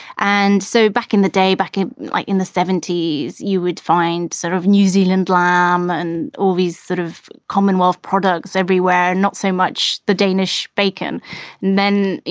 and so back in the day, back in like in the seventy s, you would find sort of new zealand lamb and all these sort of commonwealth products everywhere not so much the danish bacon men, you